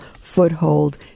foothold